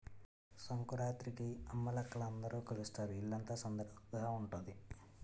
సంకురాత్రికి అమ్మలక్కల అందరూ కలుస్తారు ఇల్లంతా సందడిగుంతాది